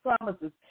promises